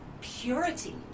purity